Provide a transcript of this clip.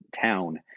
town